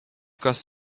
across